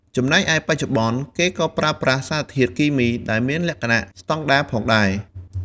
ចំណែកឯបច្ចុប្បន្ន គេក៏ប្រើប្រាស់សារធាតុគីមីដែលមានលក្ខណៈស្តង់ដារផងដែរ។